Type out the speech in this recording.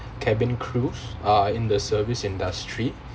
cabin crews are in the service industry